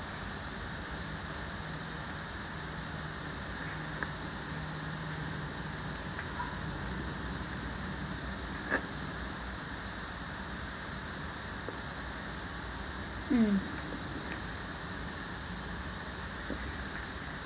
mm